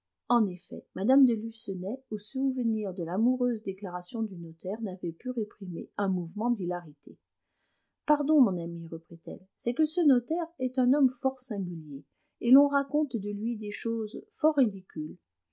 en effet mme de lucenay au souvenir de l'amoureuse déclaration du notaire n'avait pu réprimer un mouvement d'hilarité pardon mon ami reprit-elle c'est que ce notaire est un homme fort singulier et l'on raconte de lui des choses fort ridicules